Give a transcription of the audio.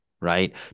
right